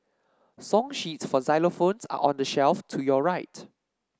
song sheets for xylophones are on the shelf to your right